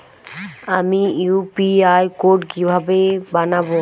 আমি UPI code কিভাবে বানাব?